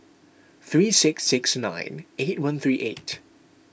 three six six nine eight one three eight